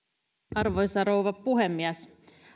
arvoisa rouva puhemies